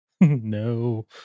No